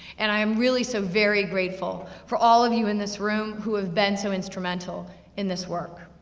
and i am really so very grateful for all of you in this room, who have been so instrumental in this work.